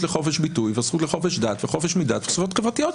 לחופש ביטוי והזכות לחופש דת וחופש מדת וזכויות חברתיות,